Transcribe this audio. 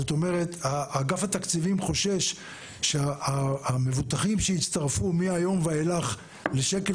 זאת אומרת אגף התקציבים חושש שהמבוטחים שיצטרפו מהיום ואילך לשקל